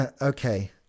Okay